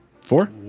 Four